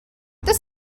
this